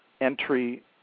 entry